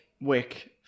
Wick